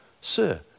sir